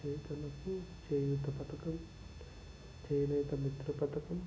చేతనకు చేయూత పథకం చేనేత మిత్ర పథకం